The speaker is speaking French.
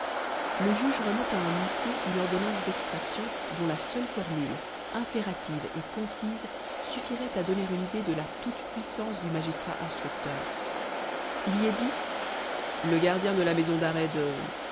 le juge remet à un huissier une ordonnance d'extraction dont la seule formule impérative et concise suffirait à donner une idée de la toute-puissance du magistrat instructeur il y est dit le gardien de la maison d'arrêt